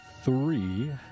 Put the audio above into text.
three